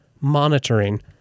monitoring